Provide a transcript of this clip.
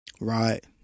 Right